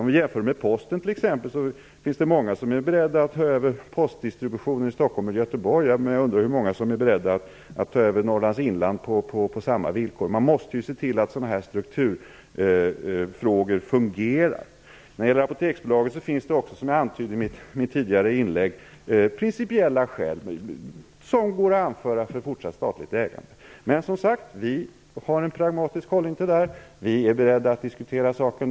Om vi jämför med t.ex. Posten finns det många som är beredda att ta över postdistributionen i Stockholm eller Göteborg, men jag undrar hur många som är beredda att ta över den i Norrlands inland på samma villkor. Man måste se till att dessa strukturfrågor fungerar. När det gäller Apoteksbolaget finns det också, som jag antydde i mitt tidigare inlägg, principiella skäl som går att anföra för fortsatt statligt ägande. Men vi har som sagt en pragmatisk hållning till detta. Vi är beredda att diskutera saken.